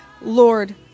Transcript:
Lord